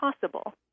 possible